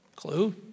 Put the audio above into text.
Clue